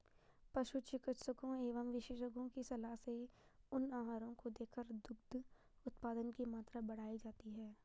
पशु चिकित्सकों एवं विशेषज्ञों की सलाह से उन आहारों को देकर दुग्ध उत्पादन की मात्रा बढ़ाई जाती है